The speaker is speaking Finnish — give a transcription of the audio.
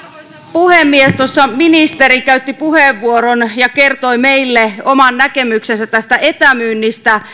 puhemies ministeri käytti puheenvuoron ja kertoi meille oman näkemyksensä tästä etämyynnistä